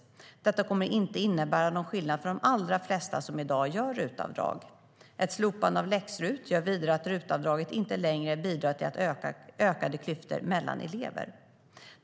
Detta kommer inte att innebära någon skillnad för de allra flesta som i dag gör RUT-avdrag. Ett slopande av läx-RUT gör vidare att RUT-avdraget inte längre bidrar till ökade klyftor mellan elever.